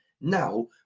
Now